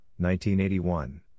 1981